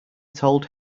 told